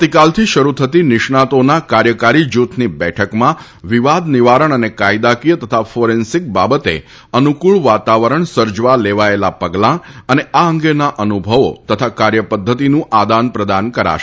આવતીકાલથી શરૂ થતી નિષ્ણાંતોના કાર્યકારી જૂથની બેઠકમાં વિવાદ નિવારણ અને કાયદાકીય તથા ફોરેન્સિક બાબતે અનૂકળ વાતાવરણ સર્જવા લેવાયેલા પગલાં અને આ અંગેના અનુભવો તથા કાર્ય પદ્ધતિનું આદાનપ્રદાન કરાશે